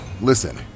Listen